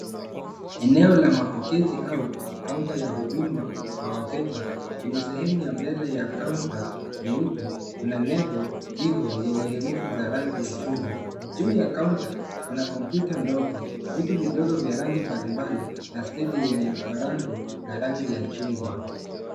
Eneo la mapokezi au kaunta ya huduma kwa wateja, kwenye sehemu ya mbele ya kaunta nyeupe, kuna nebo ya Vivo yenye herufi ya rangi ya chungwa. Juu ya kaunta kuna kompyuta ndogo, vitu vidogo vya rangi mbalimbali, na stendi yenye bango la rangi ya chungwa.